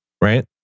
right